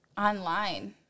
online